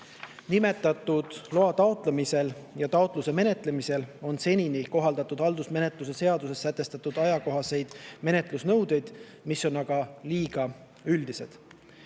Nimetatud loa taotlemisel ja taotluse menetlemisel on senini kohaldatud haldusmenetluse seaduses sätestatud ajakohaseid menetlusnõudeid, mis on aga liiga üldised.